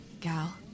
Gal